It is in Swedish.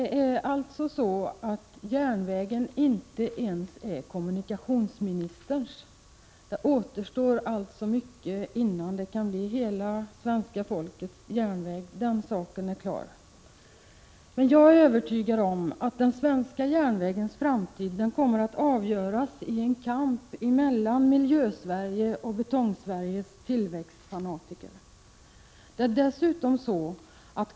Fru talman! Järnvägen är således inte ens kommunikationsministerns egendom. Det återstår mycket innan den kan bli hela svenska folkets järnväg. Den saken är klar. Jag är övertygad om att den svenska järnvägens framtid kommer att avgöras i en kamp mellan Miljösveriges och Betongsveriges tillväxtfanatiker.